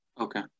Okay